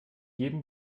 jedem